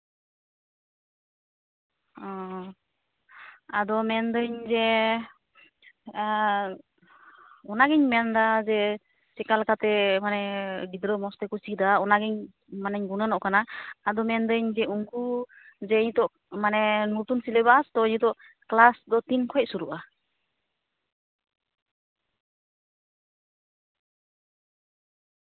ᱚᱸᱻ ᱟᱫᱚ ᱢᱮᱱᱫᱟᱹᱧ ᱡᱮ ᱚᱱᱟᱜᱤᱧ ᱢᱮᱱᱫᱟ ᱡᱮ ᱪᱮᱠᱟᱞᱮᱠᱟᱛᱮ ᱢᱟᱱᱮ ᱜᱤᱫᱽᱨᱟᱹ ᱢᱚᱡᱽ ᱛᱮᱠᱩ ᱪᱮᱫᱟ ᱚᱱᱟᱜᱮ ᱢᱟᱱᱮᱧ ᱜᱩᱱᱟᱹᱱᱚᱜ ᱠᱟᱱᱟ ᱟᱫᱚ ᱢᱮᱱᱫᱟᱹᱧ ᱪᱮᱫ ᱩᱱᱠᱩ ᱡᱮ ᱦᱤᱛᱳᱜ ᱢᱟᱱᱮ ᱱᱚᱛᱩᱱ ᱥᱤᱞᱮᱵᱟᱥ ᱛᱚ ᱱᱤᱛᱳᱜ ᱠᱞᱟᱥ ᱫᱚ ᱛᱤᱱ ᱠᱷᱚᱡ ᱥᱩᱨᱩᱜᱼᱟ